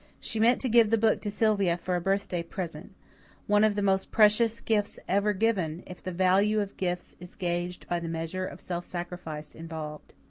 she meant to give the book to sylvia for a birthday present one of the most precious gifts ever given, if the value of gifts is gauged by the measure of self-sacrifice involved.